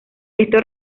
esto